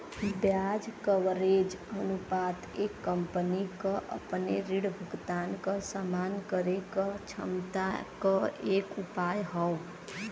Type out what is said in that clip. ब्याज कवरेज अनुपात एक कंपनी क अपने ऋण भुगतान क सम्मान करे क क्षमता क एक उपाय हौ